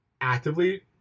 actively